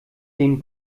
den